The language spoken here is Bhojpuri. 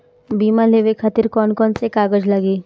बीमा लेवे खातिर कौन कौन से कागज लगी?